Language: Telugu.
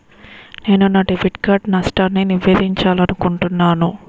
నేను నా డెబిట్ కార్డ్ నష్టాన్ని నివేదించాలనుకుంటున్నాను